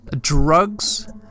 ...drugs